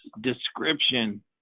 description